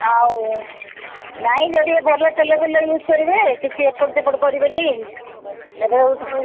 ହଉ ନାଇଁ ଯଦି ଏଇ ଭଲ ତେଲ ଫେଲ ଇଉଜ୍ କରିବେ କିଛି ଏପଟ ସେପଟ କରିବେନି ଏବେ ହେଉଛି